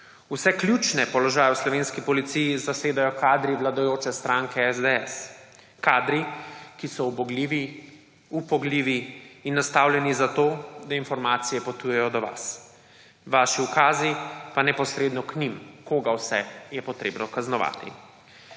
Vse ključne položaje v slovenski policiji zasedajo kadri vladajoče stranke SDS, kadri, ki so ubogljivi, upogljivi in nastavljeni zato, da informacije potujejo do vas. Vaši ukazi pa neposredno k njim, koga vse je potrebno kaznovati.